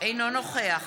אינו נוכח